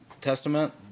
Testament